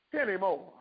anymore